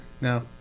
no